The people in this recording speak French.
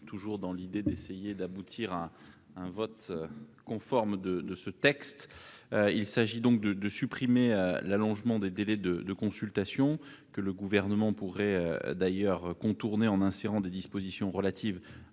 compromis pour essayer d'aboutir à un vote conforme de ce texte. Il s'agit donc de supprimer l'allongement des délais de consultation, que le Gouvernement pourrait d'ailleurs contourner en insérant des dispositions relatives